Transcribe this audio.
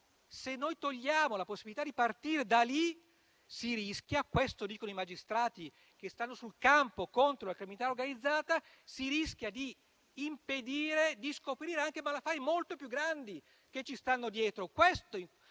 venir meno la possibilità di partire da lì, si rischia - questo dicono i magistrati che stanno sul campo contro la criminalità organizzata - di impedire di scoprire anche malaffari molto più grandi che ci stanno dietro.